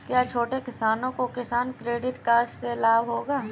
क्या छोटे किसानों को किसान क्रेडिट कार्ड से लाभ होगा?